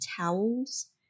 towels